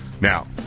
Now